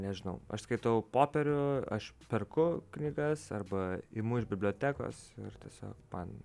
nežinau aš skaitau popierių aš perku knygas arba imu iš bibliotekos ir tiesiog man